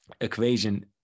Equation